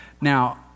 Now